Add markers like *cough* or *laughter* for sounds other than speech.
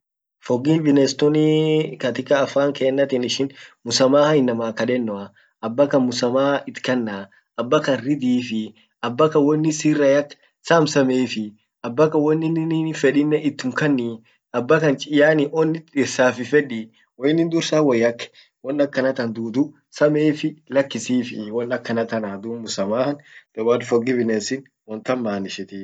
forgivenesstun, *hesitation* katika afankenatin ishin msamaha inama kadennoah, abbakan msamaha it kannah, abbakan ridhifii, abbakan wan innin sira yak samsamehifi, abbakan waninini fedinin itum kanni, abbakan yaani on issafifedidi, wainin dursa wayak wanakanatan tutu samehefi lakisifi ,wanakanatanah ,dub msamahan the word forgiveness wantan manishitii.